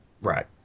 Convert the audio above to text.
Right